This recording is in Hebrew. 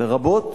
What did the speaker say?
לרבות